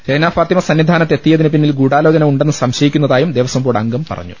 റഹ്നാ ഫാത്തിമ സന്നിധാനത്ത് എത്തിയതിനു പിന്നിൽ ഗൂഢാലോചന ഉണ്ടെന്ന് സംശയിക്കുന്നതായും ദേവസ്വം ബോർഡംഗം പറഞ്ഞു